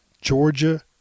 Georgia